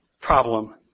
problem